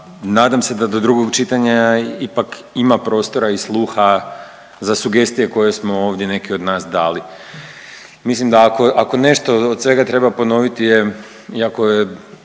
nadam se da do drugog čitanja ipak ima prostora i sluha za sugestije koje smo ovdje neki od nas dali. Mislim da ako nešto od svega treba ponoviti je, iako je